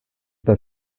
that